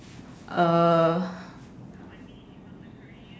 uh